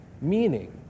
Meaning